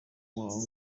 muhango